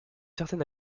certaine